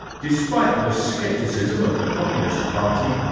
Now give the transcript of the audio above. despite the scepticism of the communist party,